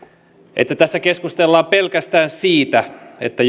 että tässä keskustellaan pelkästään siitä että